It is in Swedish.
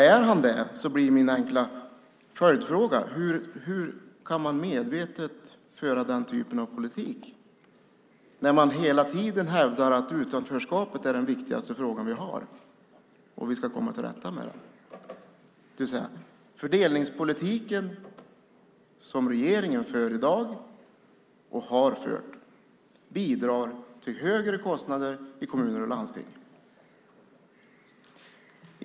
Är han det blir min följdfråga: Hur kan man medvetet föra den typen av politik när man hela tiden hävdar att utanförskapet är den viktigaste frågan att lösa om man ska komma till rätta med detta? Den fördelningspolitik som regeringen för i dag och har fört bidrar alltså till högre kostnader i kommuner och landsting.